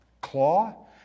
claw